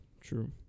true